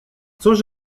cóż